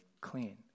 clean